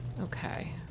Okay